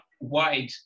wide